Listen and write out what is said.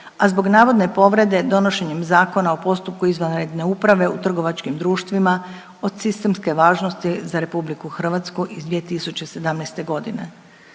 a zbog navodne povrede donošenjem Zakona o postupku izvanredne uprave u trgovačkim društvima od sistemske važnosti za RH iz 2017.g..